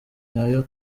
nyayo